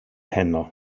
heno